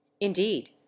indeed